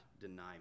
deny